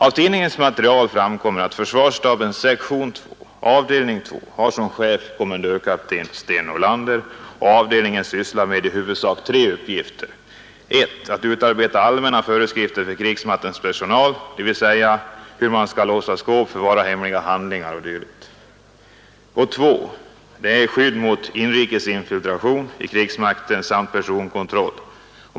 Av tidningsmaterialet framkommer att försvarsstaben, sektion 2, avdelning 2, som chef har kommendörkapten Sten Norlander och att avdelningen i huvudsak sysslar med följande tre uppgifter: 1. att utarbeta allmänna föreskrifter för krigsmaktens personal, dvs. hur man skall låsa skåp, förvara hemliga handlingar o. d. 2. skydd mot ”inrikes infiltration” i krigsmakten samt personkontroll.